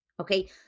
okay